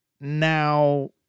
Now